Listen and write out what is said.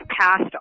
passed